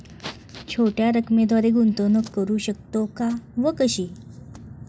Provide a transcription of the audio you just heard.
छोट्या रकमेद्वारे गुंतवणूक करू शकतो का व कशी?